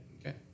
okay